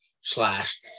slash